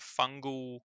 fungal